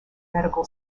medical